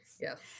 Yes